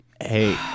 Hey